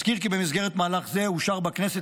אזכיר כי במסגרת מאבק זה אושר בכנסת